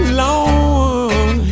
long